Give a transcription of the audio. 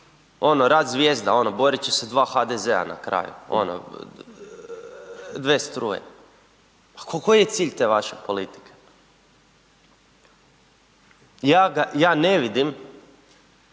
ono rat zvijezda, ono borit će se dva HDZ-a na kraju ono dve struje, pa koji je cilj te vaše politike, ja ne vidim.